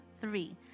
three